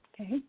Okay